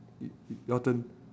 y~ your turn